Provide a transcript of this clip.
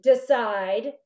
decide